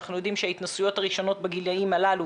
אנחנו יודעים שההתנסויות הראשונות בגילאים הללו,